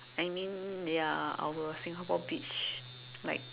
I mean ya our Singapore beach like